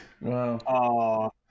Wow